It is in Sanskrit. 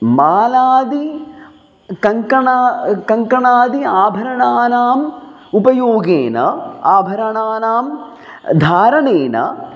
मालादि कङ्कणादि कङ्कणादि आभरणानाम् उपयोगेन आभरणानां धारणेन